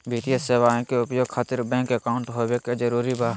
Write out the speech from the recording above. वित्तीय सेवाएं के उपयोग खातिर बैंक अकाउंट होबे का जरूरी बा?